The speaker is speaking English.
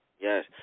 Yes